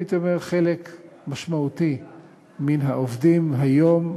הייתי אומר חלק משמעותי מן העובדים היום,